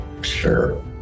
Sure